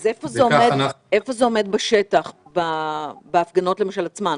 איפה זה עומד בשטח, בהפגנות עצמן?